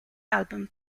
album